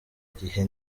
gihe